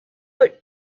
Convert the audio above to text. but